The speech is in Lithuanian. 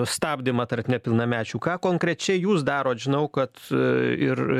stabdymą tarp nepilnamečių ką konkrečiai jūs darot žinau kad ir